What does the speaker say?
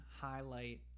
Highlight